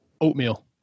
oatmeal